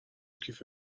کیف